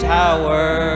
tower